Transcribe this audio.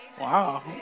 Wow